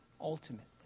ultimately